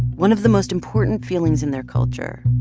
one of the most important feelings in their culture.